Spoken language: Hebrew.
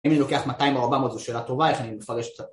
אם אני לוקח 200 או 400 זו שאלה טובה, איך אני מפרש קצת